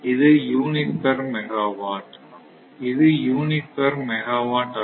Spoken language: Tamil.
இது யூனிட் பெர் மெகாவாட் அல்ல ஹெர்ட்ஸ் பெர் மெகாவாட்